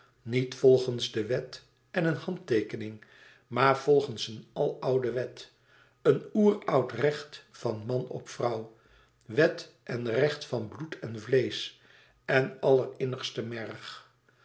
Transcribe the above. volgens de wet en een handteekening maar volgens een al oude wet een oer oud recht van man op vrouw wet en recht van bloed en vleesch en allerinnigste merg